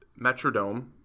Metrodome